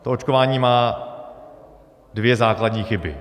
To očkování má dvě základní chyby.